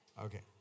okay